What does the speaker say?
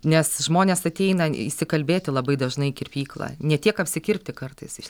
nes žmonės ateina išsikalbėti labai dažnai į kirpyklą ne tiek apsikirpti kartais iš